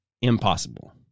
impossible